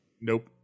Nope